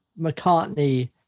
McCartney